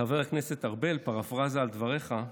חבר הכנסת ארבל, פרפראזה על דבריך.